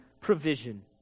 provision